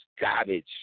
garbage